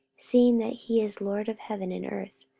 seeing that he is lord of heaven and earth,